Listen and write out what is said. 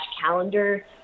calendar